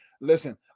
Listen